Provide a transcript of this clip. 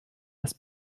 das